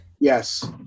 Yes